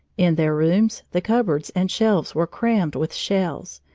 in their rooms the cupboards and shelves were crammed with shells,